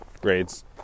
grades